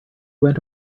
went